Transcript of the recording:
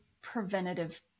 preventative